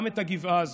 גם את הגבעה הזאת.